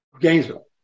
Gainesville